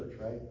right